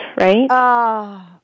right